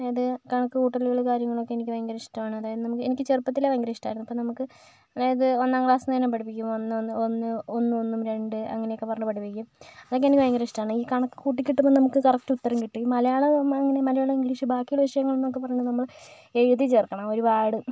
ഏത് കണക്ക് കൂട്ടലുകൾ കാര്യങ്ങൾ ഒക്കെ എനിക്ക് ഭയങ്കര ഇഷ്ടമാണ് അതായത് നമുക്ക് എനിക്ക് ചെറുപ്പത്തിലേ ഭയങ്കര ഇഷ്ടമായിരുന്നു അപ്പോൾ നമുക്ക് അതായത് ഒന്നാം ക്ലാസ്സിൽ നിന്ന് തന്നെ പഠിപ്പിക്കും ഒന്ന് ഒന്ന് ഒന്ന് ഒന്നും ഒന്നും രണ്ട് അങ്ങനെ ഒക്കെ പറഞ്ഞു പഠിപ്പിക്കും അതൊക്കെ എനിക്ക് ഭയങ്കര ഇഷ്ടമാണ് ഈ കണക്ക് കൂട്ടി കിട്ടുമ്പം നമുക്ക് കറക്റ്റ് ഉത്തരം കിട്ടും ഈ മലയാളം അങ്ങനെ മലയാളം ഇംഗ്ലീഷ് ബാക്കിയുള്ള വിഷയങ്ങളെന്നൊക്കെ പറഞ്ഞാൽ നമ്മൾ എഴുതി ചേർക്കണം ഒരുപാട്